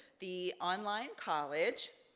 the online college,